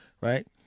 right